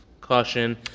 caution